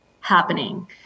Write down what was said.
happening